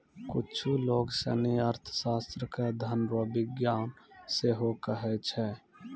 कुच्छु लोग सनी अर्थशास्त्र के धन रो विज्ञान सेहो कहै छै